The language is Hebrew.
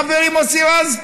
חברי מוסי רז,